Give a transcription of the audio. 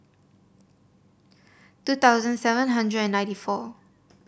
two thousand seven hundred and ninety four